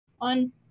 On